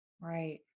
Right